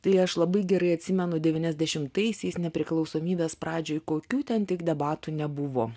tai aš labai gerai atsimenu devyniasdešimtaisiais nepriklausomybės pradžioje kokių ten tik debatų nebuvo